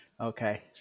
Okay